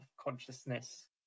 consciousness